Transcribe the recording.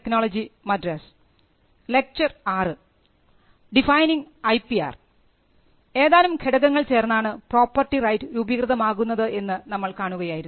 ഏതാനും ഘടകങ്ങൾ ചേർന്നാണ് പ്രോപ്പർട്ടി റൈറ്റ് രൂപീകൃതമാകുന്നത് എന്ന് നമ്മൾ കാണുകയായിരുന്നു